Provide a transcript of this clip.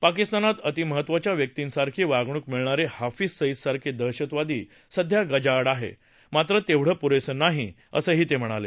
पाकिस्तानात अतिमहत्त्वाच्या व्यक्तींसारखी वागणूक मिळणारे हाफीज सईदसारखे दहशतवादी सध्या गजाआड आहे मात्र तेवढं पुरेसं नाही असं ते म्हणाले